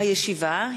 הישיבה,